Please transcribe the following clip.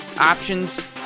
options